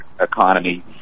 economy